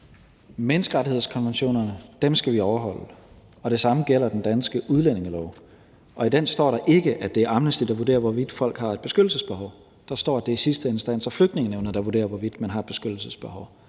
Menneskerettighedskonventionerne skal vi overholde, og det samme gælder den danske udlændingelov, og i den står der ikke, at det er Amnesty, der vurderer, hvorvidt folk har et beskyttelsesbehov. Der står, at det i sidste instans er Flygtningenævnet, der vurderer, hvorvidt man har et beskyttelsesbehov.